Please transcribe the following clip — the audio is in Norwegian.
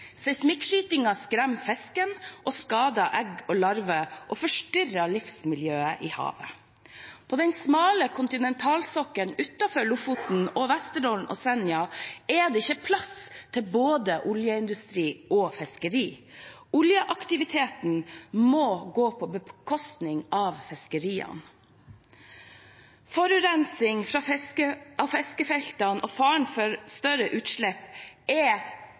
skremmer fisken, skader egg og larver og forstyrrer livsmiljøet i havet. På den smale kontinentalsokkelen utenfor Lofoten, Vesterålen og Senja er det ikke plass til både oljeindustri og fiskeri. Oljeaktiviteten må gå på bekostning av fiskeriene. Forurensning av fiskefeltene og faren for større utslipp er